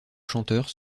chanteurs